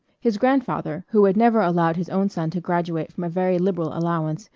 his grandfather, who had never allowed his own son to graduate from a very liberal allowance,